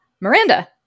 Miranda